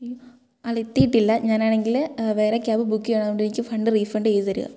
ഉയ്യോ ആളെത്തീട്ടില്ല ഞാനാണെങ്കിൽ വേറെ ക്യാബ് ബുക്ക് ചെയ്യുവാണ് അതുകൊണ്ടെനിക്ക് ഫണ്ട് റീഫണ്ട് ചെയ്ത് തരിക